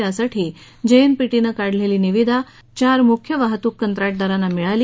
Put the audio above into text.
यासाठी जेएनपीटीनं काढलेली निविदा चार मुख्य वाहतूक कंत्राटदारांना मिळाली